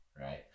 right